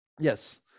Yes